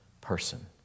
person